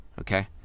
okay